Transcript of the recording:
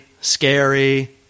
scary